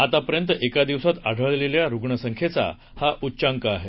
आतापर्यंत एका दिवसात आढ सेल्या रुग्णसंख्येचा हा उच्चांक आहे